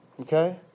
Okay